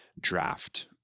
draft